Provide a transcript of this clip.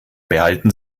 behalten